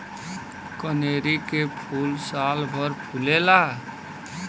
कनेरी के फूल सालभर फुलेला